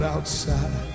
outside